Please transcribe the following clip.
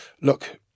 Look